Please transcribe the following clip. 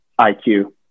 IQ